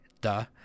Duh